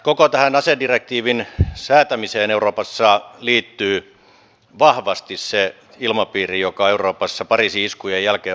koko tähän asedirektiivin säätämiseen euroopassa liittyy vahvasti se ilmapiiri joka euroopassa pariisin iskujen jälkeen vallitsee